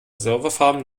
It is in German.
serverfarm